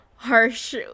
harsh